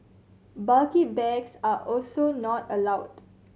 bulky bags are also not allowed